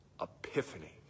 epiphany